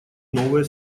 новые